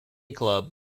club